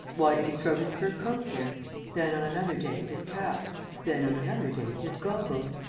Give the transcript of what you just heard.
why did he throw his fur coat there then, on another day, his cap then, on another day, his goggles?